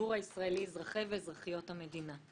הציבור הישראלי, אזרחי ואזרחיות המדינה.